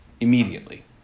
immediately